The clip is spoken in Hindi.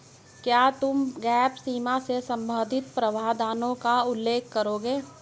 क्या तुम गैप सीमा से संबंधित प्रावधानों का उल्लेख करोगे?